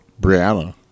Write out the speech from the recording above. Brianna